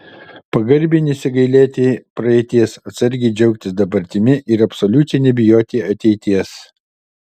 pagarbiai nesigailėti praeities atsargiai džiaugtis dabartimi ir absoliučiai nebijoti ateities